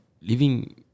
living